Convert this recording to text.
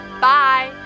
Bye